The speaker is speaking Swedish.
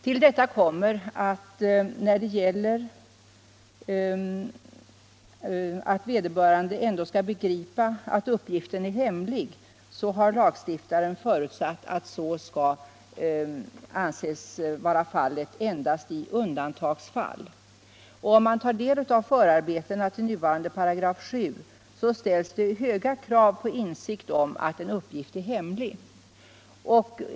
Till detta kommer att lagstiftaren endast i undantagsfall förutsatt att vederbörande skall anses ha begripit att uppgiften är hemlig. I förarbetena till den nuvarande 7 § ställs det höga krav på insikt om att en uppgift är hemlig.